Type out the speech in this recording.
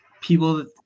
People